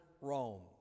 Rome